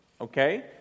Okay